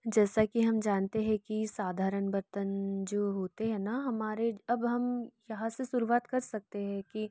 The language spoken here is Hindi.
जैसा कि हम जानते है कि साधारण बर्तन जो होते हैं ना हमारे अब हम यहाँ से शुरुआत कर सकते हैं कि